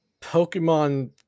Pokemon